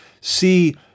see